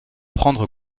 prendre